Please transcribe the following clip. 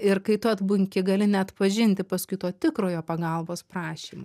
ir kai tu atbunki gali neatpažinti paskui to tikrojo pagalbos prašymo